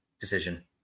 decision